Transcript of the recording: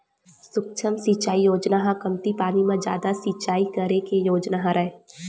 सुक्ष्म सिचई योजना ह कमती पानी म जादा सिचई करे के योजना हरय